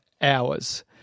hours